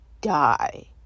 die